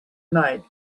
night